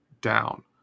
down